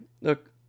Look